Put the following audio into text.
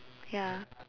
ya